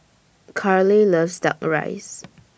Carleigh loves Duck Rice